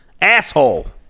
Asshole